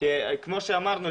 כמו שאמרנו,